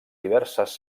diverses